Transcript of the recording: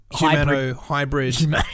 Humano-hybrid